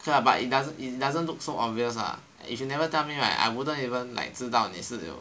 okay lah but it doesn't it doesn't look so obvious ah if you never tell me right I wouldn't even like 知道你是有